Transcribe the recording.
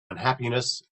unhappiness